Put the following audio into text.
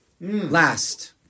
last